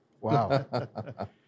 Wow